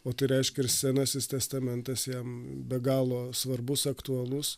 o tai reiškia ir senasis testamentas jam be galo svarbus aktualus